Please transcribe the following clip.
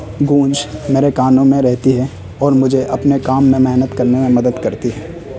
گونج میرے کانوں میں رہتی ہے اور مجھے اپنے کام میں محنت کرنے میں مدد کرتی ہے